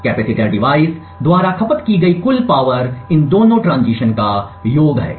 capacitor device द्वारा खपत की गई कुल शक्ति इन दोनों ट्रांजिशन का योग है